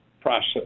process